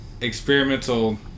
experimental